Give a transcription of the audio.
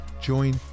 Join